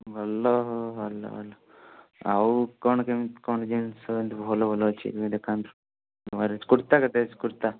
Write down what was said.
ଭଲ ଭଲ ଭଲ ଆଉ କ'ଣ କେମିତି କ'ଣ ଜିନିଷ ଏମିତି ଭଲ ଭଲ ଅଛି ଦେଖାନ୍ତୁ ନୂଆରେ କୁର୍ତ୍ତା କେତେ ଅଛି କୁର୍ତ୍ତା